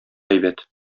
әйбәт